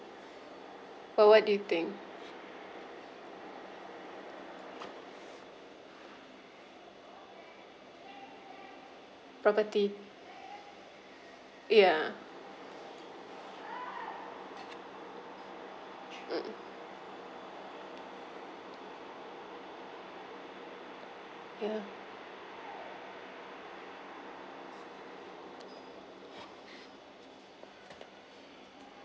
so what do you think property ya mmhmm ya